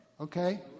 Okay